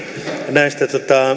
näistä